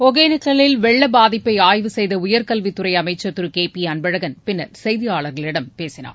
ஒகனேக்கலில் வெள்ளப் பாதிப்பை ஆய்வு செய்த உயர்கல்வித் துறை அமைச்சா் திரு கே பி அன்பழகன் பின்னர் செய்தியாளர்களிடம் பேசினார்